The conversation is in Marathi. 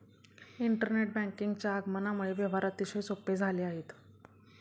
इंटरनेट बँकिंगच्या आगमनामुळे व्यवहार अतिशय सोपे झाले आहेत